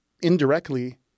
indirectly